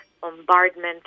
bombardment